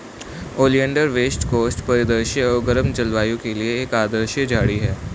oleander west coast परिदृश्य और गर्म जलवायु के लिए एक आदर्श झाड़ी है